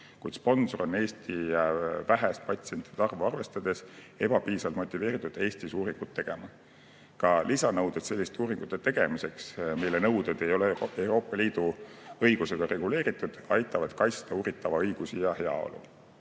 kuid sponsor on Eesti vähest patsientide arvu arvestades ebapiisavalt motiveeritud Eestis uuringut tegema. Ka lisanõuded selliste uuringute tegemiseks, mille nõuded ei ole Euroopa Liidu õigusega reguleeritud, aitavad kaitsta uuritava õigusi ja